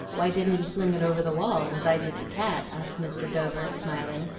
why didn't you fling it over the wall, as i did the cat? asked mr. dover, smiling,